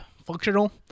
functional